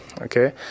okay